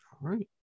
right